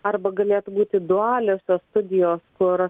arba galėtų būti dualiosios studijos kur